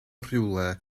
rywle